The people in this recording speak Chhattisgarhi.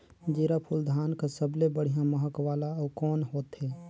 जीराफुल धान कस सबले बढ़िया महक वाला अउ कोन होथै?